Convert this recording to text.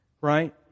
right